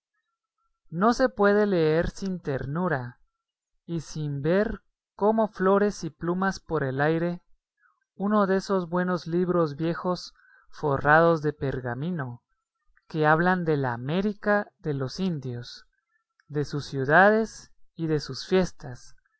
no se puede leer sin ternura y sin ver como flores y plumas por el aire uno de esos buenos libros viejos forrados de pergamino que hablan de la américa de los indios de sus ciudades y de sus fiestas